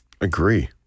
Agree